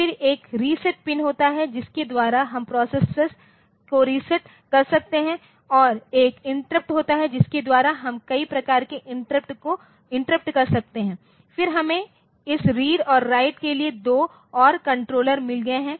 फिर एक reset pin होता है जिसके द्वारा हम प्रोसेसर को रिसेट कर सकते हैं और एक इंटरप्ट होता है जिसके द्वारा हम कई प्रकार के इंटरप्ट कर सकते हैं फिर हमें इस रीड और राइट के लिए 2 और कंट्रोलर मिल गए हैं